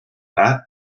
that